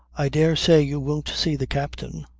i dare say you won't see the captain.